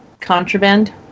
contraband